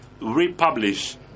republish